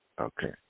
okay